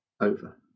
over